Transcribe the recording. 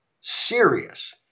serious